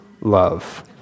love